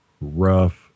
rough